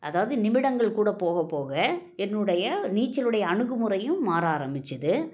அதாவது நிமிடங்கள் கூட போக போக என்னுடைய நீச்சலுடைய அணுகுமுறையும் மாற ஆரம்மித்தது